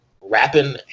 rapping